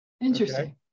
Interesting